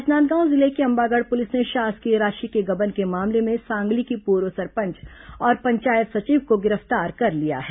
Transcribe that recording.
राजनांदगांव जिले की अंबागढ़ पुलिस ने शासकीय राशि के गबन के मामले में सांगली की पूर्व सरपंच और पंचायत सचिव को गिरफ्तार कर लिया है